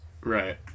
right